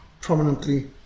prominently